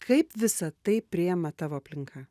kaip visa tai priima tavo aplinka